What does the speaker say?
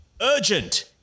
Urgent